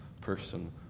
person